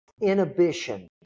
inhibition